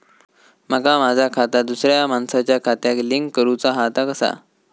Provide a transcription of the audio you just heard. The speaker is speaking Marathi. माका माझा खाता दुसऱ्या मानसाच्या खात्याक लिंक करूचा हा ता कसा?